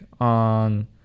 on